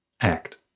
act